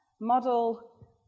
model